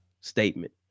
statement